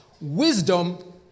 wisdom